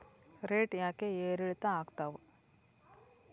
Rate ಯಾಕೆ ಏರಿಳಿತ ಆಗ್ತಾವ?